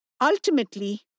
Ultimately